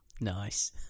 Nice